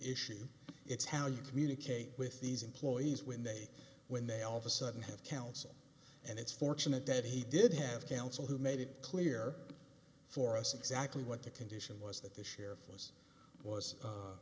issue it's how you communicate with these employees when they when they all of a sudden have counsel and it's fortunate that he did have counsel who made it clear for us exactly what the condition was that the sheriff was